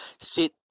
sit